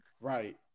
Right